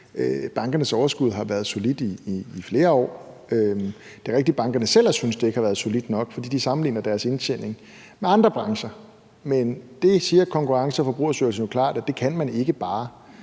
Bankernes overskud har været solidt i flere år. Det er rigtigt, at bankerne selv har syntes, at det ikke har været solidt nok, fordi de sammenligner deres indtjening med andre brancher. Men der siger Konkurrence- og Forbrugerstyrelsen jo klart, at det kan man ikke bare,